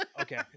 okay